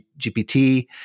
GPT